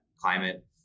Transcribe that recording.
climate